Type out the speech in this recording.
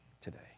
today